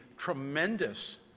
tremendous